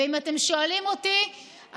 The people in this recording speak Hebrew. ואם אתם שואלים אותי,